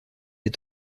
est